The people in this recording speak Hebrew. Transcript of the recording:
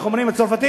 איך אומרים הצרפתים,